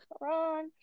wrong